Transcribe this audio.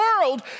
world